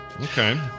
okay